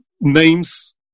names